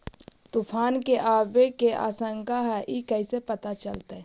तुफान के आबे के आशंका है इस कैसे पता चलतै?